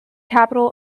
capital